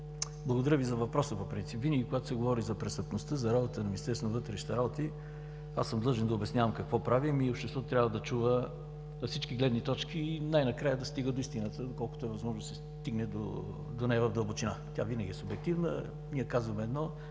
Благодаря Ви за въпроса по принцип. Винаги, когато се говори за престъпността, за работата на Министерството на вътрешните работи, аз съм длъжен да обяснявам какво правим и обществото трябва да чува всички гледни точки и най-накрая да стига до истината, до колкото е възможно да се стигне до нея в дълбочина. Тя винаги е субективна. Ние казваме едно,